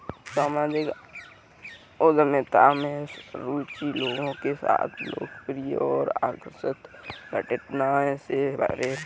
सामाजिक उद्यमिता में रुचि लोगों के साथ लोकप्रियता और आकर्षण की परिघटना से परे है